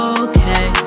okay